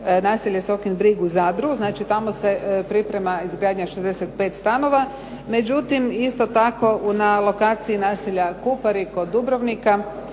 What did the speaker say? naselje Sokin brig u Zadru. Znači, tamo se priprema izgradnja 65 stanova. Međutim, isto tako na lokaciji naselja Kupari kod Dubrovnika,